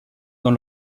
dans